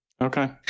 Okay